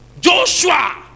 Joshua